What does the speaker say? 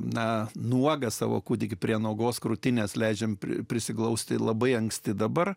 na nuogą savo kūdikį prie nuogos krūtinės leidžiame prisiglausti labai anksti dabar